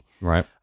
Right